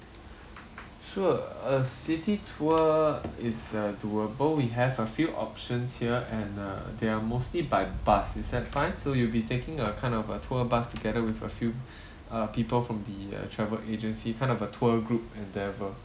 sure a city tour is err doable we have a few options here and err they are mostly by bus is that fine so you will be taking a kind of a tour bus together with a few err people from the uh travel agency kind of a tour group endeavour